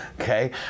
okay